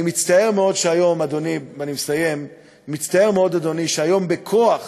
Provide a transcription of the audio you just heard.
אני מצטער מאוד, אדוני, שהיום, בכוח